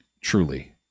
truly